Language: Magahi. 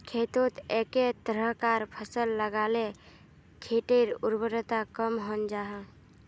खेतोत एके तरह्कार फसल लगाले खेटर उर्वरता कम हन जाहा